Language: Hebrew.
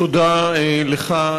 תודה לך,